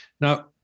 Now